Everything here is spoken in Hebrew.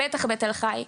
בטח בתל חי,